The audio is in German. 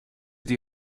die